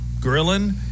grilling